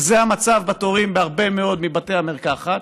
זה המצב בתורים בהרבה מאוד מבתי המרקחת,